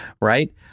right